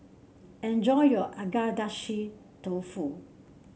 enjoy your Agedashi Dofu